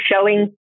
showing